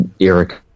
Eric